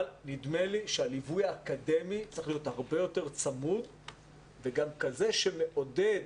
נדמה לי שהליווי האקדמי צריך להיות הרבה יותר צמוד וכזה שמעודד,